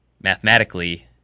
mathematically